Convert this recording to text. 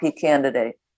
candidate